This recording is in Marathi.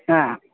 हां